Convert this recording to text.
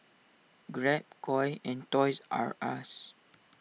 Grab Koi and Toys R Us